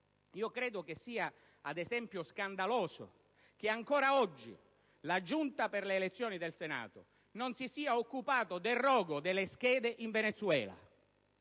credo sia, ad esempio, scandaloso che ancora oggi la Giunta per le elezioni del Senato non si sia occupata del rogo delle schede in Venezuela,